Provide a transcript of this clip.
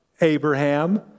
Abraham